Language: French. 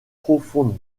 profondes